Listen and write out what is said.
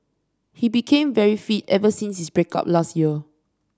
he became very fit ever since his break up last year